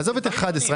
עזוב את פסקה (11).